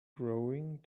growing